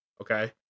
okay